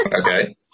Okay